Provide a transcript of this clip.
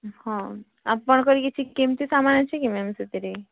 ହଁ ଆପଣଙ୍କର କିଛି କିମ୍ତି ସମାନ୍ ଅଛେ କି ମ୍ୟାମ୍ ସେଥିରେ